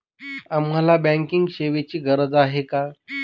आम्हाला बँकिंग सेवेची गरज का आहे?